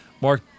Mark